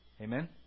Amen